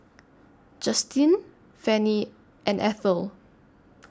Justine Fannie and Ethyl